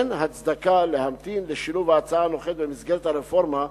אין הצדקה להמתין לשילוב ההצעה הנוכחית במסגרת הרפורמה,